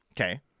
Okay